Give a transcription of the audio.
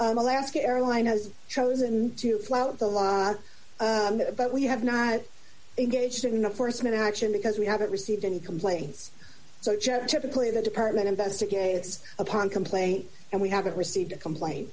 an alaska airlines has chosen to flout the law but we have not engaged in a force in action because we haven't received any complaints typically the department investigates upon complaint and we haven't received a complaint